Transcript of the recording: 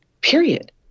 Period